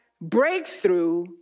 breakthrough